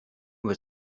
was